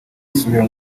asubira